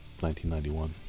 1991